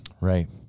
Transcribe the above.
right